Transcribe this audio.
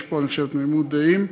יש פה, אני חושב, תמימות דעים,